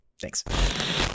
thanks